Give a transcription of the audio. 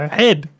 head